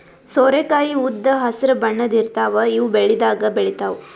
ಸೋರೆಕಾಯಿ ಉದ್ದ್ ಹಸ್ರ್ ಬಣ್ಣದ್ ಇರ್ತಾವ ಇವ್ ಬೆಳಿದಾಗ್ ಬೆಳಿತಾವ್